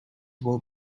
will